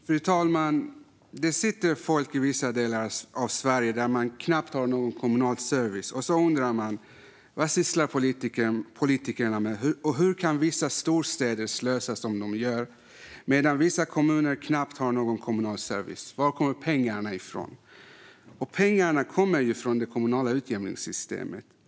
Fru talman! Folk i vissa delar av Sverige där man knappt har någon kommunal service undrar vad politikerna sysslar med och hur vissa storstäder kan slösa som de gör medan andra kommuner knappt har någon kommunal service. Var kommer pengarna från? Pengarna kommer ju från det kommunala utjämningssystemet.